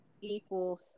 equals